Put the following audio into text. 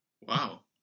Wow